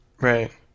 Right